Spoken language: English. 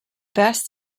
best